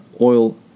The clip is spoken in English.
oil